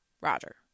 Roger